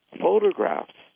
photographs